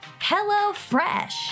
HelloFresh